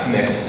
Mix